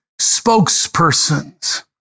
spokespersons